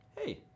hey